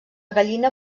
gallina